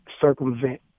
circumvent